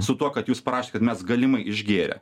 su tuo kad jūs prašėt kad mes galimai išgėrę